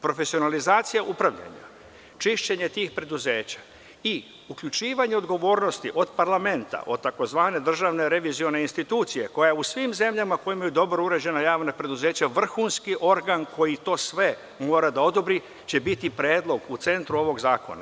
Profesionalizacija upravljanja, čišćenje tih preduzeća i uključivanje odgovornosti od parlamenta, od tzv. Državne revizorske institucije koja u svim zemljama koje imaju dobro uređena javna preduzeća je vrhunski organ koji to sve mora da odobri, će biti predlog u centru ovog zakona.